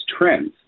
trends